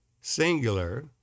singular